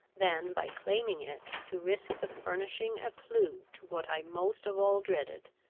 than, by claiming it, to risk the furnishing a clew to what i most of all dreaded,